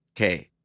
Okay